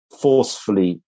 forcefully